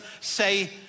say